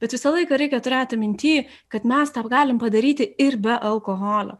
bet visą laiką reikia turėti minty kad mes tą pat galim padaryti ir be alkoholio